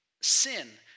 sin